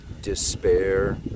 Despair